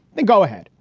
then go ahead.